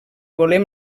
volem